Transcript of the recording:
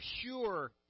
pure